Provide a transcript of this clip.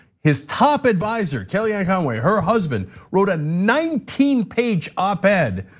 his top adviser, kellyanne conway, her husband wrote a nineteen page op ed